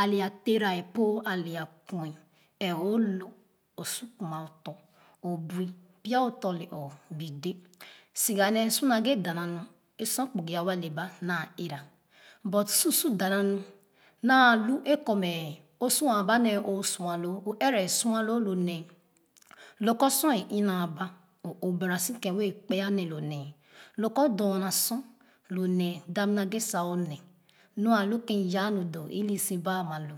ale a tera a pɔɛ ale a kui ɛɛ olo osu kuma otɔ̄ obui pya o tɔ̄ siga nee su naghe dana nu e sor kpugi awa le ba naa ɛra but soso dana nu naa lu e kumɛ o su aa ba nee o sua loo o ɛrɛ sua loo lo nee lo kor sor e ina ba o obara si ken wɛɛ kpe anee lo nee lo kor doma sor lo nee dana naghe sa o nee nu alu ken iyaa nu ilu si lo